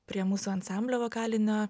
prie mūsų ansamblio vokalinio